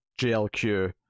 JLQ